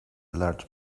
large